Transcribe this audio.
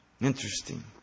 Interesting